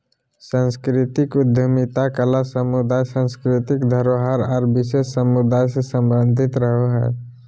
सांस्कृतिक उद्यमिता कला समुदाय, सांस्कृतिक धरोहर आर विशेष समुदाय से सम्बंधित रहो हय